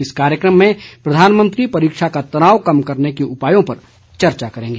इस कार्यक्रम में प्रधानमंत्री परीक्षा का तनाव कम करने के उपायों पर चर्चा करेंगे